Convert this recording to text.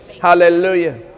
hallelujah